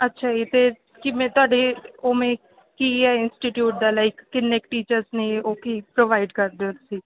ਅੱਛਾ ਜੀ ਤੇ ਜਿਵੇਂ ਤੁਹਾਡੇ ਉਵੇਂ ਕੀ ਹੈ ਇੰਸਟੀਟਿਊਟ ਦਾ ਲਾਈਕ ਕਿੰਨੇ ਕ ਟੀਚਰਸ ਨੇ ਉਹ ਕੀ ਪ੍ਰੋਵਾਈਡ ਕਰਦੇ ਹੋ ਤੁਸੀਂ